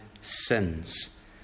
sins